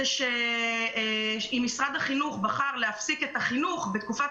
אמר שאם משרד החינוך בחר להפסיק את החינוך בתקופת